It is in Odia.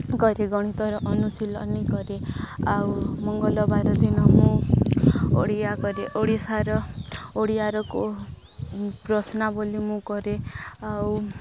କରେ ଗଣିତର ଅନୁଶୀଳନୀ କରେ ଆଉ ମଙ୍ଗଳବାର ଦିନ ମୁଁ ଓଡ଼ିଆ କରେ ଓଡ଼ିଆର ଓଡ଼ିଆର କୁ ପ୍ରଶ୍ନ ବୋଲି ମୁଁ କରେ ଆଉ